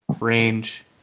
range